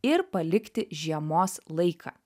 ir palikti žiemos laiką